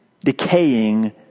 decaying